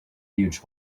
huge